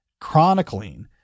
chronicling